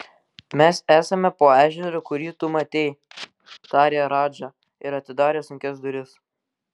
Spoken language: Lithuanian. mes esame po ežeru kurį tu matei tarė radža ir atidarė sunkias duris